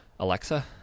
Alexa